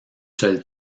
seule